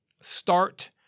start